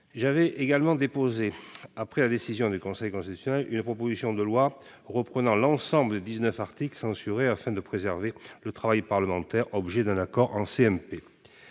J'avais également déposé, après la décision du Conseil constitutionnel, une proposition loi reprenant l'ensemble des dix-neuf articles censurés afin de préserver le travail parlementaire, objet d'un accord en